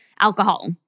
Alcohol